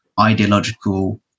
ideological